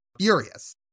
furious